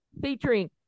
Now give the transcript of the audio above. featuring